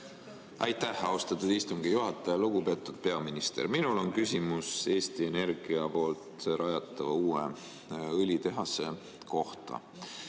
Aitäh, austatud istungi juhataja! Lugupeetud peaminister! Minul on küsimus Eesti Energia rajatava uue õlitehase kohta.